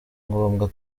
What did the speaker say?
ngombwa